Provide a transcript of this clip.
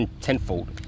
tenfold